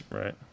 Right